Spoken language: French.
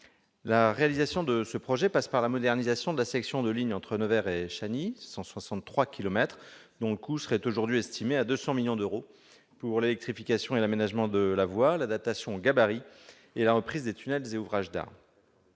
La réalisation de ce projet nécessite la modernisation de la section de ligne entre Nevers et Chagny, longue de 163 kilomètres. Le coût serait aujourd'hui estimé à 200 millions d'euros pour l'électrification et l'aménagement de la voie, l'adaptation aux gabarits et la reprise des tunnels et ouvrages d'art.